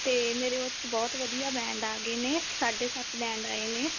ਅਤੇ ਮੇਰੇ ਉਹ 'ਚ ਬਹੁਤ ਵਧੀਆ ਬੈਂਡ ਆ ਗਏ ਨੇ ਸਾਢੇ ਸੱਤ ਬੈਂਡ ਆਏ ਨੇ